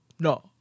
No